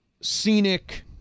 scenic